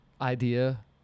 idea